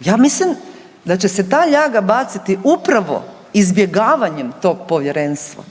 Ja mislim da će se ta ljaga baciti upravo izbjegavanjem tog Povjerenstva